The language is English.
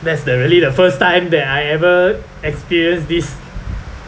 that's the really the first time that I ever experienced this